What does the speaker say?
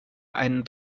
einen